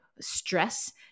stress